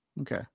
Okay